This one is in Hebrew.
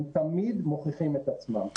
הם תמיד מוכיחים את עצמם.